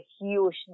huge